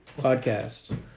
Podcast